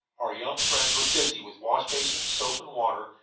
our young friends were busy with wash basin, soap and water,